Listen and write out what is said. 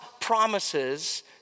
promises